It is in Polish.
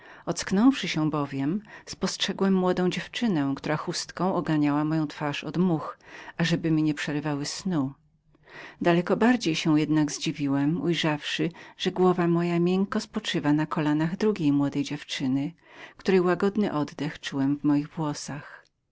twarzy ocknąwszy się bowiem spostrzegłem młodą dziewczynę która chustką oganiała moją twarz od uprzykrzonego owadu daleko bardziej się jednak zdziwiłem ujrzawszy że głowa moja miękko spoczywała na kolanach drugiej młodej dziewczyny której łagodny oddech czułem w moich włosach